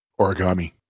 Origami